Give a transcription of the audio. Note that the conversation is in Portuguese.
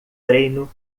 treino